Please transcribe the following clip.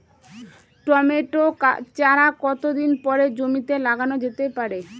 Tomato চারা কতো দিন পরে জমিতে লাগানো যেতে পারে?